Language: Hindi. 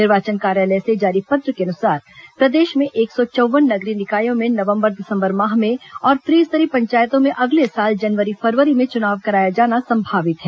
निर्वाचन कार्यालय से जारी पत्र के अनुसार प्रदेश में एक सौ चौव्वन नगरीय निकायों में नवंबर दिसंबर माह में और त्रिस्तरीय पंचायतों में अगले साल जनवरी फरवरी में चुनाव कराया जाना संभावित है